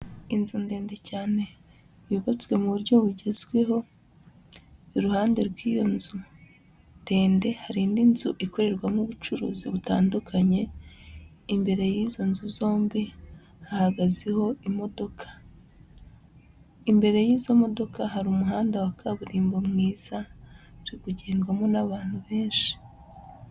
Inzu ndende cyane yubatswe mu buryo bugezweho, iruhande rw'iyo nzu ndende hari indi nzu ikorerwamo ubucuruzi butandukanye, imbere y'izo nzu zombi hahagazeho imodoka. Imbere y'izo modoka hari umuhanda wa kaburimbo mwiza uri kugendwamo n'abantu benshi.